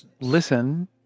listen